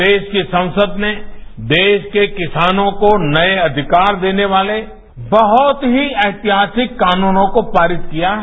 कल देश की संसद ने देश के किसानों को नए अधिकार देने वाले बहुत ही ऐतिहासिक कानूनों को पारित किया है